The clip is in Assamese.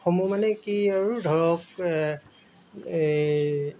সমূহ মানে কি আৰু ধৰক এই